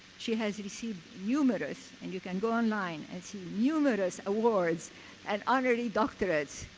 she has received numerous and you can go online and see numerous awards and honorary doctorates.